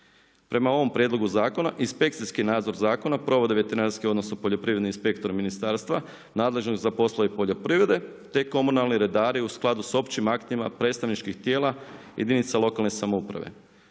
Prema ovom prijedlogu zakona inspekcijski nadzor zakona provode veterinarske odnosno poljoprivredni inspektor ministarstva nadležnog za poslove poljoprivrede te komunalni redari u skladu s općim aktima predstavničkih tijela jedinica lokalne samouprave.